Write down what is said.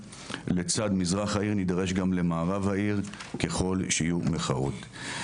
לצד מזרח העיר נידרש גם למערב העיר ככל שיהיו מחאות.